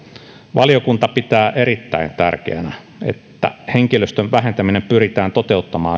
valiokunta pitää erittäin tärkeänä että henkilöstön vähentäminen pyritään toteuttamaan